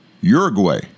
Uruguay